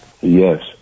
Yes